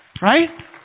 right